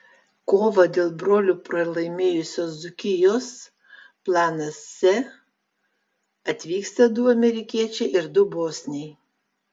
kovą dėl brolių pralaimėjusios dzūkijos planas c atvyksta du amerikiečiai ir du bosniai